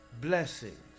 blessings